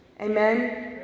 Amen